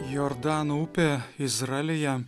jordano upė izraelyje